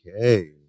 Okay